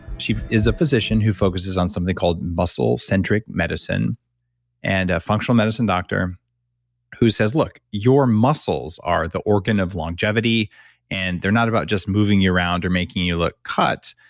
she is a physician who focuses on something called muscle-centric medicine and a functional medicine doctor who says, look, your muscles are the organ of longevity and they're not about just moving you around or making you look cut.